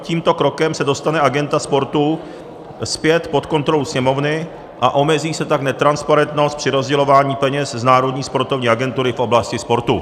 Tímto krokem se dostane agenda sportu zpět pod kontrolu Sněmovny a omezí se tak netransparentnost při rozdělování peněz z Národní sportovní agentury v oblasti sportu.